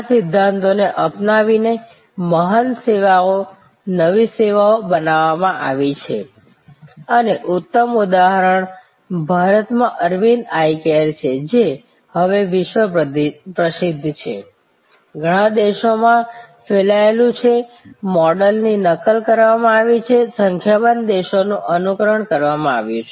આ સિદ્ધાંતોને અપનાવીને મહાન સેવાઓ નવી સેવાઓ બનાવવામાં આવી છે અને ઉત્તમ ઉદાહરણ ભારતમાં અરવિંદ આઈ કેર છે જે હવે વિશ્વ પ્રસિદ્ધ છે ઘણા દેશોમાં ફેલાયેલું છે મોડેલની નકલ કરવામાં આવી છે સંખ્યાબંધ દેશોનું અનુકરણ કરવામાં આવ્યું છે